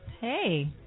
Hey